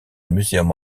museum